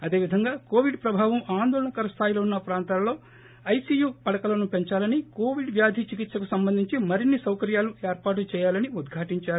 అదేవిధంగా కోవిడ్ ప్రభావం ఆందోళనకర స్థాయిలో ఉన్న ప్రాంతాలలో ఐసియు పడకలను పెందాలని కోవిడ్ వ్యాధి చికిత్పకు సంబంధించి మరిన్ని సౌకర్యాలు ఏర్పాటు చేయాలని ఉద్యాటించారు